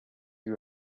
you